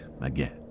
again